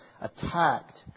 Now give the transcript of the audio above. attacked